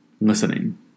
listening